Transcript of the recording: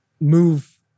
move